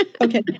okay